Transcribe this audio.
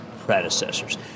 predecessors